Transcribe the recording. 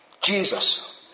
Jesus